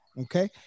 Okay